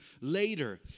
later